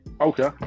Okay